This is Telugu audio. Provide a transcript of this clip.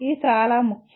ఇది చాలా ముఖ్యం